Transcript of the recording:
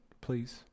please